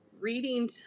reading